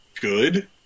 good